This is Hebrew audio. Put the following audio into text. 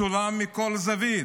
צולם מכל זווית,